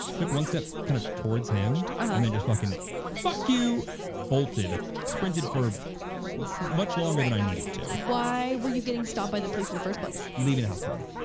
took one step kind of towards him and then just fucking fuck you, bolted sprinted for much longer than i needed to. why were you getting stopped by the police in the first place? leaving a house party?